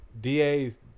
DAs